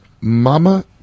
mama